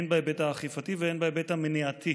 הן בהיבט האכיפתי והן בהיבט המניעתי,